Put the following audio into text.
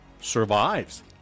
survives